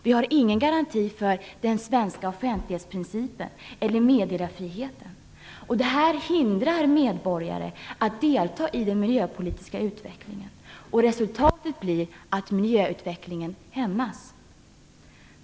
Vi har ingen garanti för den svenska offentlighetsprincipen eller meddelarfriheten. Det här hindrar medborgare att delta i den miljöpolitiska utvecklingen. Resultatet blir att miljöutvecklingen hämmas.